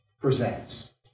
presents